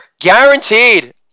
guaranteed